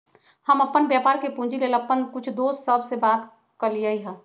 हम अप्पन व्यापार के पूंजी लेल अप्पन कुछ दोस सभ से बात कलियइ ह